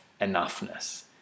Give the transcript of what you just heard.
enoughness